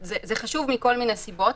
זה חשוב מכל מיני סיבות,